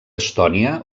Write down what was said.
estònia